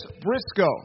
Briscoe